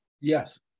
Yes